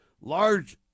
Large